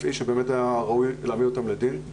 אנשים שהיה ראוי להעמיד אותם לדין.